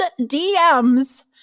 DMs